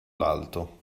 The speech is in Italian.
l’alto